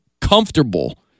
comfortable